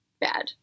bad